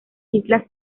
islas